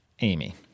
Amy